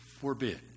forbid